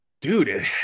dude